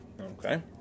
Okay